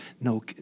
no